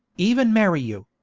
even marry you